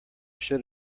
should